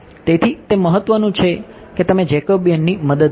તેથી તે મહત્વનું છે કે તમે જેકોબિયનની મદદ લો